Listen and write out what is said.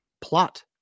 plot